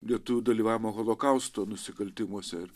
lietuvių dalyvavimo holokausto nusikaltimuose ir